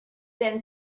then